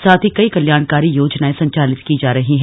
साथ ही कई कल्याणकारी योजनाएं संचालित की जा रही हैं